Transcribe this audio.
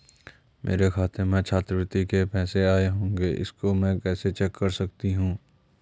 मेरे खाते में छात्रवृत्ति के पैसे आए होंगे इसको मैं कैसे चेक कर सकती हूँ?